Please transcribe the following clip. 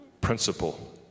principle